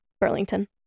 Burlington